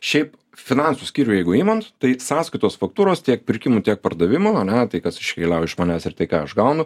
šiaip finansų skyrių jeigu imam tai sąskaitos faktūros tiek pirkimų tiek pardavimų ane tai kas iškeliauja iš manęs ir tai ką aš gaunu